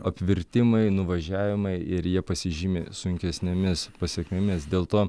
apvirtimai nuvažiavimai ir jie pasižymi sunkesnėmis pasekmėmis dėl to